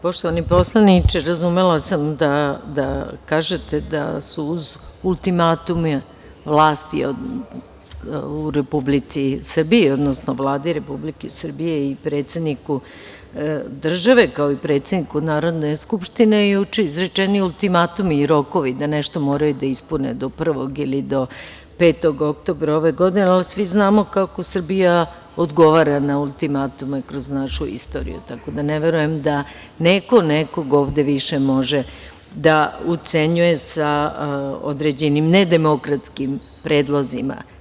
Poštovani poslaniče, razumela sam da kažete da su uz ultimatume vlasti u Republici Srbiji, odnosno Vladi Republike Srbije i predsedniku države, kao i predsedniku Narodne skupštine juče izrečeni ultimatumi i rokovi da nešto moraju da ispune do 1, ili do 5. oktobra ove godine, ali svi znamo kako Srbija odgovara na ultimatume kroz našu istoriju, tako da ne verujem da neko nekog ovde više može da ucenjuje sa određenim nedemokratskim predlozima.